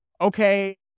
okay